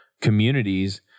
communities